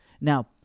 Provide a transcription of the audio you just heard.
Now